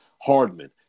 Hardman